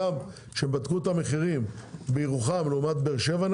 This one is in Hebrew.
גם כשבדקו את המחירים בירוחם לעומת באר שבע,